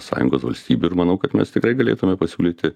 sąjungos valstybių ir manau kad mes tikrai galėtume pasiūlyti